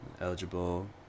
eligible